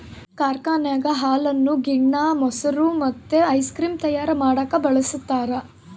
ಕಾರ್ಖಾನೆಗ ಹಾಲನ್ನು ಗಿಣ್ಣ, ಮೊಸರು ಮತ್ತೆ ಐಸ್ ಕ್ರೀಮ್ ತಯಾರ ಮಾಡಕ ಬಳಸ್ತಾರ